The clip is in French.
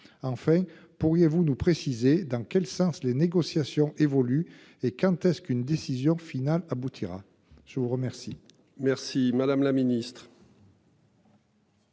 Enfin, pourriez-vous nous préciser dans quel sens les négociations évoluent et quand est-ce qu'une décision finale aboutira. Je vous remercie. Merci madame la ministre.